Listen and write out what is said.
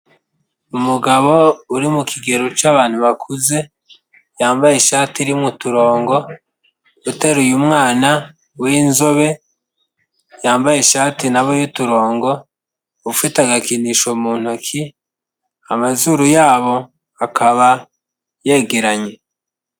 Umugabo uri mu kigero cy'abantu bakuze, yambaye ishati irimo uturongo, ateruye umwana w'inzobe, yambaye ishati nawe y'uturongo, ufite agakinisho mu ntoki, amazuru yabo akaba yegeranye.